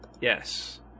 Yes